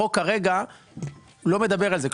החוק כרגע לא מדבר על זה,